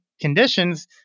conditions